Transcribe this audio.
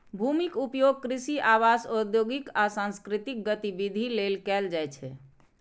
भूमिक उपयोग कृषि, आवास, औद्योगिक आ सांस्कृतिक गतिविधि लेल कैल जाइ छै